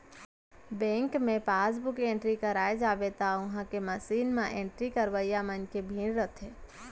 bank मे passbook entry करवाए जाबे त उहॉं के मसीन म एंट्री करवइया मन के भीड़ रथे